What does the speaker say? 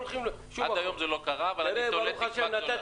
עד היום זה לא קרה, אני תולה תקווה גדולה.